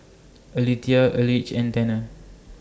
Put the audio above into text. Alethea Elige and Tanner